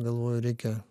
galvoju reikia